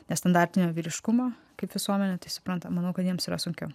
nestandartinio vyriškumo kaip visuomenė supranta manau kad jiems yra sunkiau